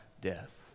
death